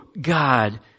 God